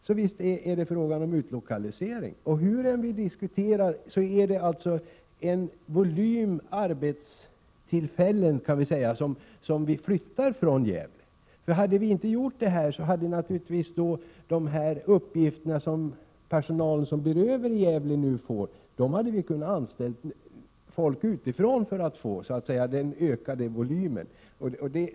Så visst är det fråga om utlokalisering, och hur vi än diskuterar är det en volym arbetstillfällen som vi flyttar från Gävle. Hade vi inte gjort detta, hade vi naturligtvis för de uppgifter, som den personal som blir över i Gävle nu får, kunnat anställa folk utifrån, och det hade inneburit en ökad volym.